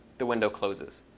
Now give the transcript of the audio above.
the window closes.